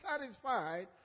satisfied